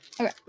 okay